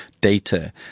data